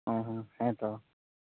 ᱚ ᱦᱚᱸ ᱦᱮᱸ ᱛᱚ